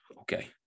okay